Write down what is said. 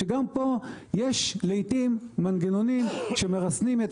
גם פה יש לעיתים מנגנונים שמרסנים את